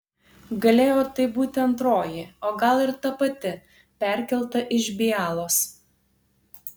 galėjo tai būti antroji o gal ir ta pati perkelta iš bialos